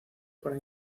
para